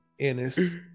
Ennis